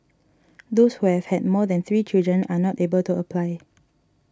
those who have had more than three children are not able to apply